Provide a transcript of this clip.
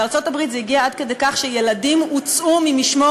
בארצות-הברית זה הגיע עד כדי כך שילדים הוצאו ממשמורת